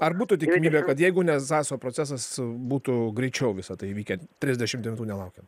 ar būtų tikimybė kad jeigu ne zaso procesas būtų greičiau visa tai įvykę trisdešimt devintų nelaukiant